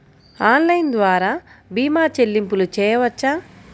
Online ద్వార భీమా చెల్లింపులు చేయవచ్చా?